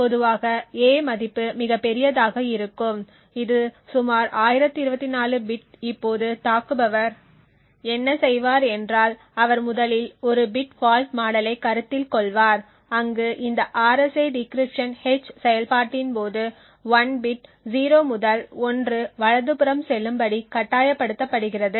பொதுவாக a மதிப்பு மிகப் பெரியதாக இருக்கும் இது சுமார் 1024 பிட் இப்போது தாக்குபவர் என்ன செய்வார் என்றால் அவர் முதலில் ஒரு பிட் ஃபால்ட் மாடலைக் கருத்தில் கொள்வார் அங்கு இந்த RSA டிகிரிப்ஷன் h செயல்பாட்டின் போது 1 பிட் 0 முதல் 1 வலதுபுறம் செல்லும்படி கட்டாயப்படுத்துகிறது